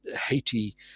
Haiti